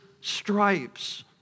stripes